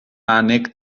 ànec